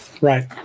Right